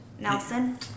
Nelson